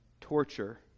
torture